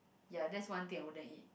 ya that's one thing I wouldn't eat